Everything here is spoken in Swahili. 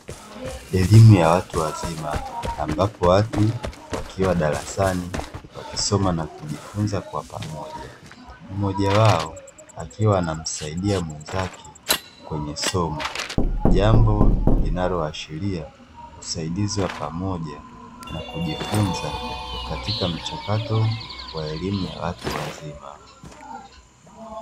Elimu ya watu wazima ambapo watu wakiwa darasani wakisoma na kujifunza kwa pamoja, mmoja wao akiwa anamsadia mwenzake kwenye somo, jambo linaloashiria usaidizi wa pamoja na kujifunza katika mchakato wa elimu ya watu wazima.